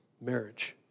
marriage